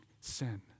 sin